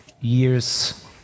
years